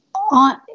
on